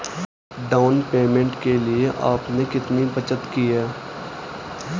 Down payment के लिए आपने कितनी बचत की है?